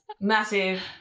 massive